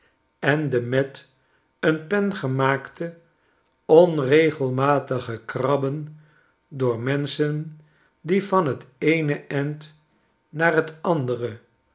en de met een pen gemaakte onregelmatige krabben door menschen die van t eene end naar t andere